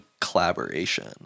collaboration